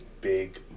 Big